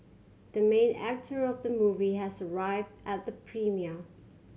the main actor of the movie has arrived at the premiere